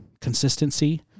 consistency